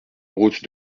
route